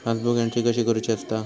Passbook entry कशी करुची असता?